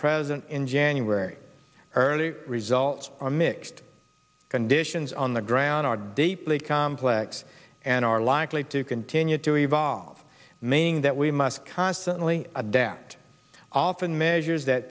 president in january early results are mixed conditions on the ground are deeply complex and are likely to continue to evolve meaning that we must constantly adapt often measures that